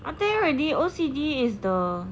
I tell you already O_C_D is the